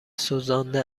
سوزانده